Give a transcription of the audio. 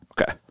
Okay